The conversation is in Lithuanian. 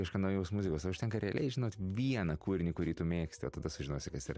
ieškot naujos muzikos užtenka realiai žinot vieną kūrinį kurį tu mėgsti o tada sužinosi kas yra